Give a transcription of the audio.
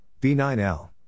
B9L